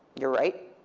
you're right.